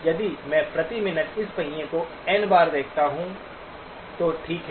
यदि मैं प्रति मिनट इस पहिया को एन बार देखता हूं तो ठीक है